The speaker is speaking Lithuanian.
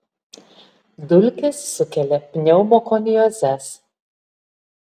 dulkės sukelia pneumokoniozes